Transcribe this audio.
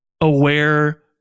aware